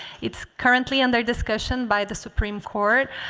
it's currently under discussion by the supreme court.